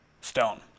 stone